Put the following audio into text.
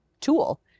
tool